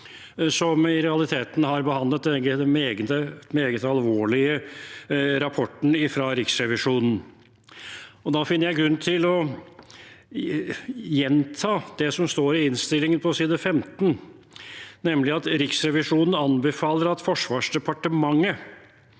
som i realiteten har behandlet denne meget alvorlige rapporten fra Riksrevisjonen. Da finner jeg grunn til å gjenta det som står i innstillingen på side 15, nemlig at Riksrevisjonen anbefaler at Forsvarsdepartementet